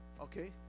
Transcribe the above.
Okay